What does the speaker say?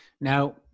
Now